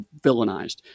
villainized